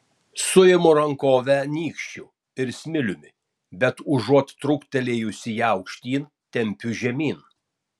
suimu rankovę nykščiu ir smiliumi bet užuot truktelėjusi ją aukštyn tempiu žemyn